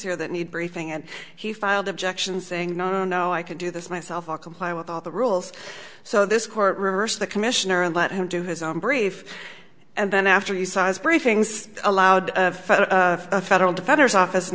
here that need briefing and he filed objections saying no no i can do this myself i comply with all the rules so this court reversed the commissioner and let him do his own brief and then after you size briefings allowed the federal defender's office in